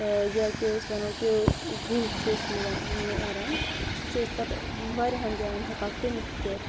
یاکہ أسۍ وَنو کہ گُہہ چھِ أسۍ مِلان نیران سُہ چھِ أسۍ پَتہٕ واریاہن جایَن ہٮ۪کان کٕنِتھ تہِ